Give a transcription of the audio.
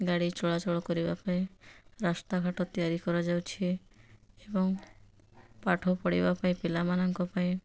ଗାଡ଼ି ଚଳାଚଳ କରିବା ପାଇଁ ରାସ୍ତାଘାଟ ତିଆରି କରାଯାଉଛି ଏବଂ ପାଠ ପଢ଼ିବା ପାଇଁ ପିଲାମାନଙ୍କ ପାଇଁ